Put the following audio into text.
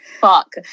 Fuck